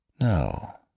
No